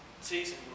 season